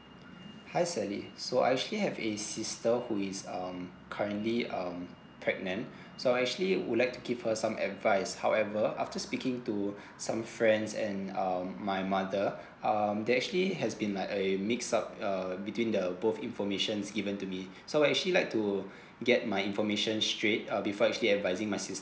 hi sally so I actually have a sister who is um currently um pregnant so I actually would like to give her some advice however after speaking to some friends and um my mother um they actually has been like a mix up uh between the both informations given to me so I actually like to get my information straight uh before I actually advising my sister